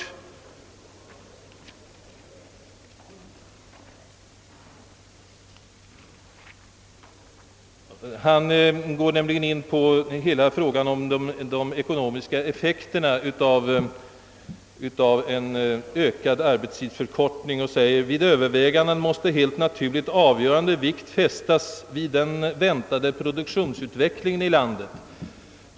Han går nämligen in på hela frågan om de ekonomiska effekterna av en ökad arbetstidsförkortning och säger: »Vid övervägandena måste helt naturligt avgörande vikt fästas vid den väntade produktionsutvecklingen i landet.